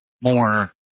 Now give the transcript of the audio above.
more